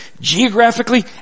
geographically